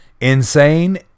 insane